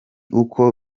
uko